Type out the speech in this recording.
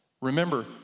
Remember